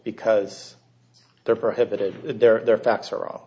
because they're prohibited there their facts are all